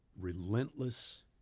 relentless